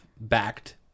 backed